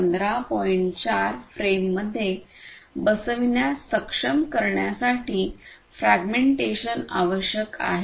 4 फ्रेममध्ये बसविण्यास सक्षम करण्यासाठी फ्रॅग्मेंटेशन आवश्यक आहे